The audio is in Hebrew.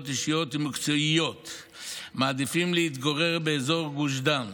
אישיות ומקצועיות מעדיפים להתגורר באזור גוש דן,